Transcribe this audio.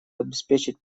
обеспечить